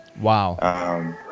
Wow